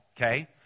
okay